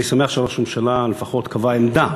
אני שמח שראש הממשלה לפחות קבע עמדה